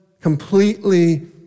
completely